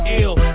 ill